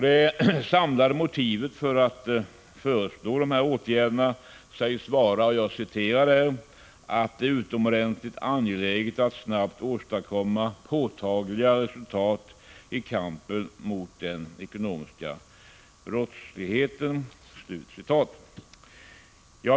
Det samlade motivet för att föreslå dessa åtgärder sägs vara ”att det är utomordentligt angeläget att snabbt åstadkomma påtagliga resultat i kampen mot den ekonomiska brottsligheten”.